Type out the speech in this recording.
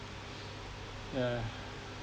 yeah